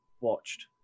watched